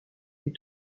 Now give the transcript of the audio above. des